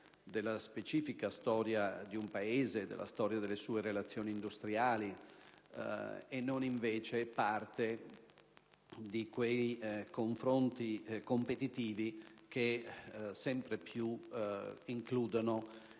della specifica storia di un Paese, della storia delle sue relazioni industriali e non invece parte di quei confronti competitivi che sempre più includono